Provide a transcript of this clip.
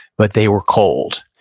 but they were cold.